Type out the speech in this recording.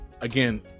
again